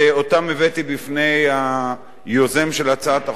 ואותן הבאתי בפני היוזם של הצעת החוק,